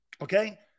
Okay